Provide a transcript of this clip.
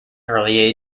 early